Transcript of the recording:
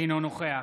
אינו נוכח